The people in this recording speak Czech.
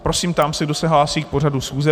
Prosím, ptám se, kdo se hlásí k pořadu schůze.